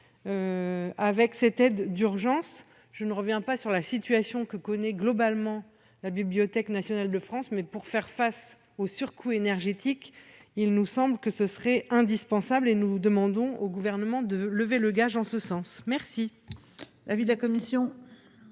avec cette aide d'urgence, je ne reviens pas sur la situation que connaît globalement la Bibliothèque nationale de France, mais pour faire face au surcoût énergétique, il nous semble que ce serait indispensable, et nous demandons au gouvernement de lever le gage en ce sens, merci.